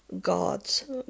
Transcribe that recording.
God's